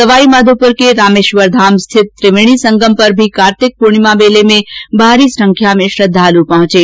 सवाई माघोपुर के रामेश्वर धाम स्थित त्रिवेणी संगम पर भी कार्तिक पूर्णिमा मेले में भारी संख्या में श्रद्धालु पहुंच रहे हैं